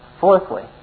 Fourthly